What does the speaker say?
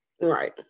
right